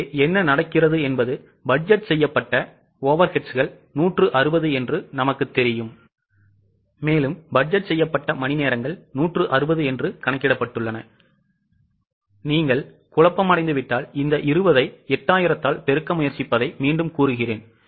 இங்கே என்ன நடக்கிறது என்பது பட்ஜெட் செய்யப்பட்ட overheadsகள் 160 என்று நமக்குத் தெரியும் பட்ஜெட் செய்யப்பட்ட மணிநேரங்கள் 160 என்று கணக்கிடப்பட்டுள்ளன நீங்கள் குழப்பமடைந்துவிட்டால் இந்த 20 ஐ 8000 ஆல் பெருக்க முயற்சிப்பதை மீண்டும் கூறுகிறேன்